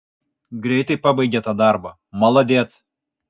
greitai pabaigė tą darbą maladėc